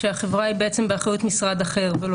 כשהחברה היא באחריות משרד אחר ולא